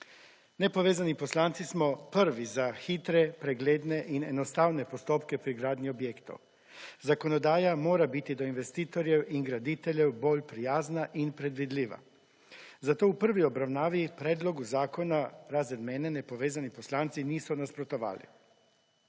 Nepovezani poslanci smo prvi za hitre, pregledne in enostavne postopke pri gradnji objektov. Zakonodaja mora biti do investitorjev in graditeljev bolj prijazna in predvidljiva. Zato v prvi obravnavi predlogu zakona, razen mene, Nepovezani poslanci niso nasprotovali.